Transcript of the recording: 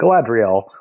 Galadriel